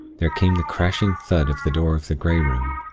there came the crashing thud of the door of the grey room.